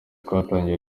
twaganiriye